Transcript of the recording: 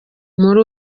muri